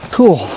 Cool